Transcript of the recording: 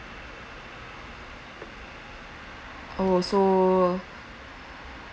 oh so